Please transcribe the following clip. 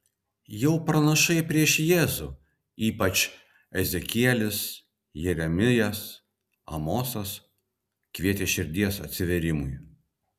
jau pranašai prieš jėzų ypač ezekielis jeremijas amosas kvietė širdies atsivertimui